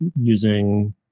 using